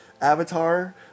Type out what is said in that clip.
avatar